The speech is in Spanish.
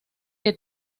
que